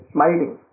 Smiling